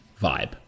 vibe